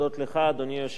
אדוני היושב-ראש,